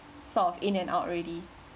sort of in and out already